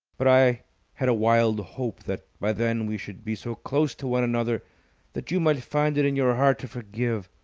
but i had a wild hope that by then we should be so close to one another that you might find it in your heart to forgive.